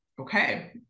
okay